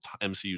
MCU